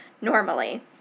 normally